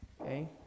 Okay